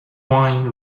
wine